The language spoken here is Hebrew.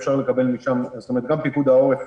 גם פיקוד העורף